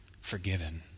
forgiven